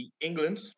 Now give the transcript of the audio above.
England